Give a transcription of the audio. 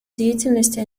деятельности